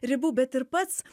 ribų bet ir pats